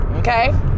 okay